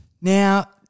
Now